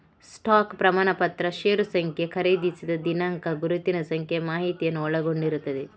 stock ಪ್ರಮಾಣಪತ್ರ ಷೇರು ಸಂಖ್ಯೆ, ಖರೀದಿಸಿದ ದಿನಾಂಕ, ಗುರುತಿನ ಸಂಖ್ಯೆ ಮಾಹಿತಿಯನ್ನ ಒಳಗೊಂಡಿರ್ತದೆ